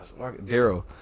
Daryl